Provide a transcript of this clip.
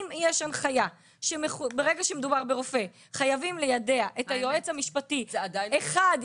אם יש הנחיה שברגע שמדובר ברופא חייבים ליידע את היועץ המשפטי אחד,